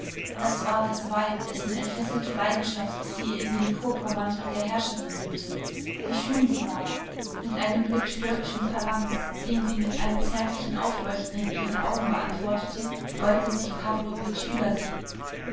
das war das weib dessen entfesselte leidenschaft sie in den purpurmantel der herrscherin hüllte wie schön sie war mit einem blick stürmischen verlangens den sie mit einem zärtlichen aufleuchten in ihren augen beantwortete beugte sich pawlowitsch über sie